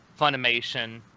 Funimation